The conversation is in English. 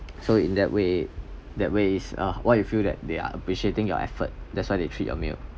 so in that way that way is uh what you feel that they're appreciating your effort that's why they treat your meal